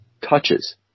touches